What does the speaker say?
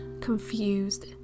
confused